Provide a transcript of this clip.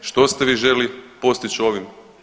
Što ste vi željeli postići ovim?